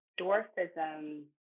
dwarfism